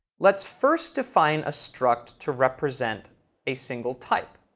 let's first define a struct to represent a single type.